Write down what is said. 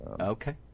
Okay